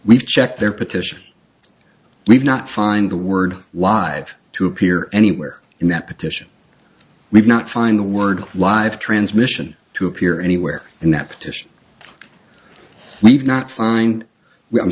we've checked their petition we've not find the word wide to appear anywhere in that petition we've not find the word live transmission to appear anywhere in that petition we've not find